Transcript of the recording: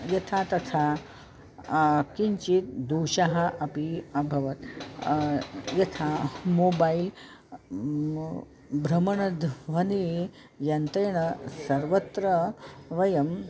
यथा तथा किञ्चित् दोषः अपि अभवत् यथा मोबैल् म् भ्रमणध्वनियन्त्रेण सर्वत्र वयम्